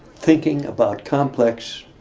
thinking about complex